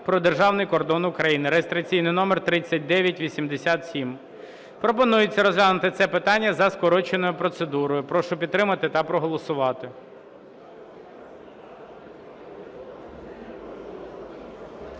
про державний кордон України (реєстраційний номер 3987). Пропонується розглянути це питання за скороченою процедурою. Прошу підтримати та проголосувати.